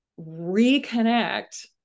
reconnect